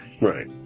Right